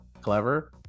Clever